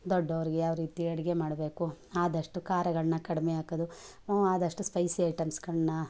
ದೊಡ್ಡವ್ರ್ಗೆ ಯಾವ ರೀತಿ ಅಡುಗೆ ಮಾಡಬೇಕು ಆದಷ್ಟು ಖಾರಗಳನ್ನ ಕಡಿಮೆ ಹಾಕದು ಆದಷ್ಟು ಸ್ಪೈಸಿ ಐಟಮ್ಸ್ಗಳನ್ನ